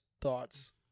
thoughts